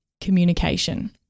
communication